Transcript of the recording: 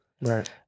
right